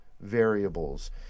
variables